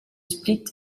split